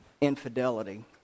infidelity